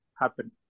happen